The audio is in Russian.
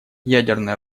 ядерное